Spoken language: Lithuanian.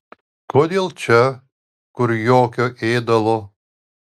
kodėl čia kur jokio ėdalo